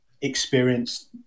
experienced